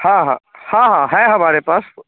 हाँ हाँ हाँ है हमारे पास